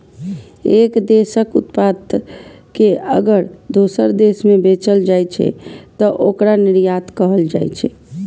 एक देशक उत्पाद कें अगर दोसर देश मे बेचल जाइ छै, तं ओकरा निर्यात कहल जाइ छै